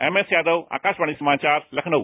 M S Yadav Akashvani समाचार लखनऊ